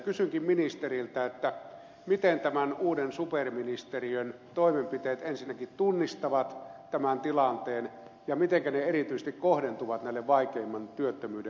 kysynkin ministeriltä miten tämän uuden superministeriön toimenpiteet ensinnäkin tunnistavat tämän tilanteen ja mitenkä ne erityisesti kohdentuvat näille vaikeimman työttömyyden alueille